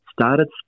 started